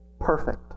perfect